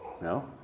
No